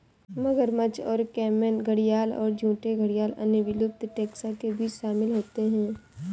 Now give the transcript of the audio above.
मगरमच्छ और कैमन घड़ियाल और झूठे घड़ियाल अन्य विलुप्त टैक्सा के बीच शामिल होते हैं